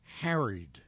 harried